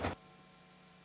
Hvala